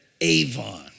Avon